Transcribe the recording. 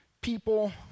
people